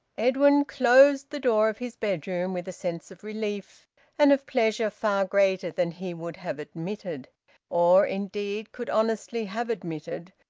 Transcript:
edwin closed the door of his bedroom with a sense of relief and of pleasure far greater than he would have admitted or indeed could honestly have admitted,